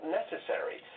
necessary